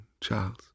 Charles